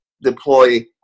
deploy